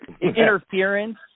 interference